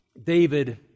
David